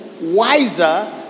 wiser